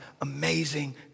amazing